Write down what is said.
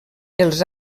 els